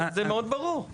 זה מאוד ברור.